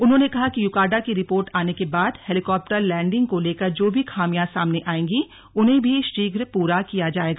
उन्होंने कहा कि युकाडा की रिपोर्ट आने के बाद हेलीकॉप्टर लैंडिंग को लेकर जो भी खामियां सामने आएंगी उन्हें भी शीघ्र पूरा किया जाएगा